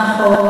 נכון.